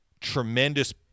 tremendous